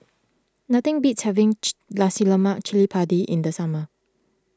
nothing beats having Cili Padi in the summer